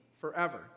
forever